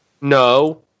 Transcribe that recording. No